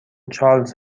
چارلز